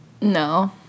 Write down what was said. No